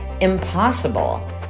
impossible